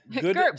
Good